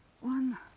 One